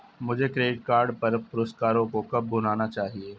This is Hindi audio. मुझे क्रेडिट कार्ड पर पुरस्कारों को कब भुनाना चाहिए?